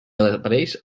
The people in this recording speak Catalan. apareix